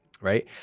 right